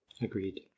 agreed